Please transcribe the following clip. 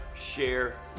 share